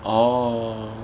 orh